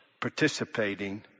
participating